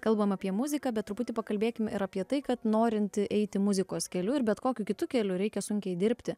kalbame apie muziką bet truputį pakalbėkime ir apie tai kad norinti eiti muzikos keliu ir bet kokiu kitu keliu reikia sunkiai dirbti